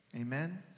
amen